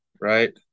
right